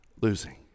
losing